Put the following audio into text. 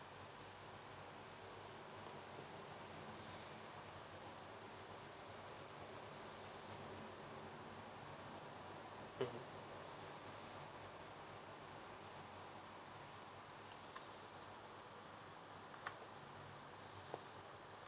mmhmm